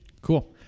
Cool